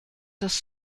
das